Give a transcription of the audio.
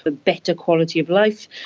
but better quality of life,